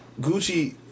Gucci